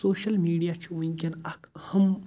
social media چھ وُنکٮ۪ن اکھ اہم